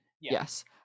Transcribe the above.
Yes